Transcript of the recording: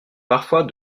parfois